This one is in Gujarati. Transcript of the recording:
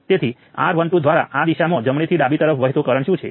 તો સૌ પ્રથમ આ એન્ટ્રી શું છે